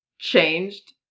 changed